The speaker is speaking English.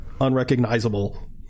unrecognizable